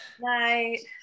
Night